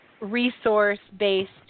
resource-based